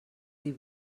dir